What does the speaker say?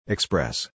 Express